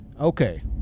okay